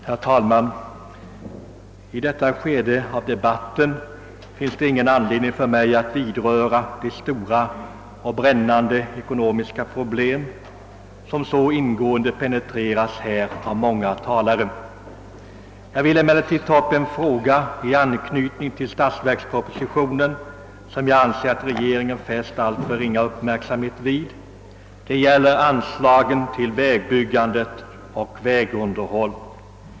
Herr talman! I detta skede av debatten finns det ingen anledning för mig att beröra de stora och brännan de ekonomiska problem som så ingående penetrerats här av många talare. Jag vill emellertid ta upp en fråga med anknytning till statsverkspropositionen, som jag anser att regeringen fäst alltför ringa uppmärksamhet vid. Det gäller anslagen till vägbyggande och vägunderhåll.